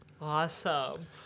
Awesome